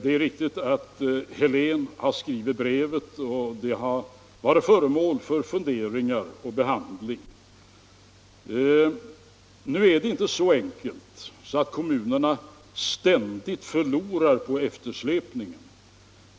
Det är riktigt att herr Helén har skrivit det omtalade brevet och det har varit föremål för behandling och gett upphov till funderingar. Nu är det inte så enkelt att kommunerna ständigt förlorar på eftersläpningen.